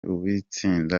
uw’itsinda